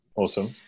Awesome